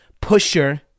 pusher